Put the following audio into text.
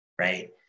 right